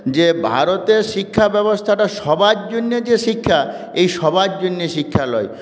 যে ভারতের শিক্ষা ব্যবস্থাটা সবার জন্যে যে শিক্ষা এই সবার জন্যে শিক্ষা নয়